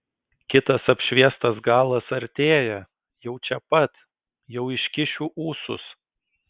kitas apšviestas galas artėja jau čia pat jau iškišiu ūsus